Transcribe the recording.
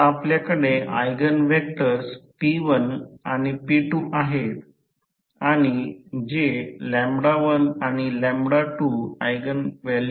तर गणिताच्या दृष्टीने त्याच गोष्टी जर x I2I2 I2 fl लिहा जेथे I2 fl पूर्ण भार असेल